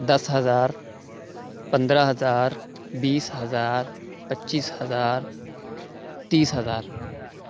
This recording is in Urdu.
دس ہزار پندرہ ہزار بیس ہزار پچیس ہزار تیس ہزار